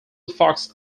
fox